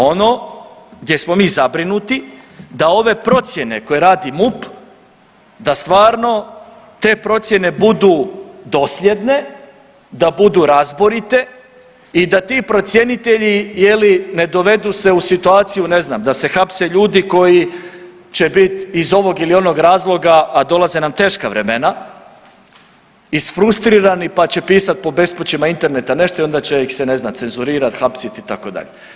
Ono gdje smo mi zabrinuti da ove procjene koje radi MUP da stvarano te procjene budu dosljedne, da budu razborite i da ti procjenitelji ne dovedu se u situaciju ne znam da se hapse ljudi koji će biti iz ovog ili onog razloga a dolaze nam teška vremena isfrustrirani, pa će pisati po bespućima interneta nešto i onda će ih se ne znam cenzurirat, hapsit itd.